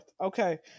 Okay